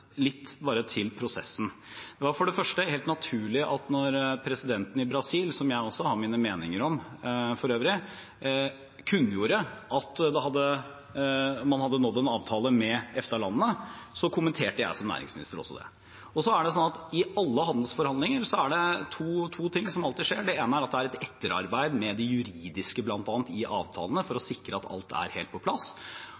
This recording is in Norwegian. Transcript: Bare litt til prosessen: Det var for det første helt naturlig at da presidenten i Brasil – som jeg også for øvrig har mine meninger om – kunngjorde at man hadde nådd en avtale med EFTA-landene, kommenterte jeg som næringsminister også det. I alle handelsforhandlinger er det to ting som alltid skjer. Det ene er at det er et etterarbeid med bl.a. det juridiske i avtalene for å